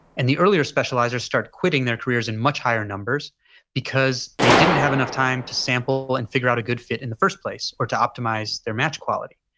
and the earlier specializes start quitting their careers in much higher numbers because they didn't have enough time to sample and figure out a good fit in the first place, or to optimize their match quality.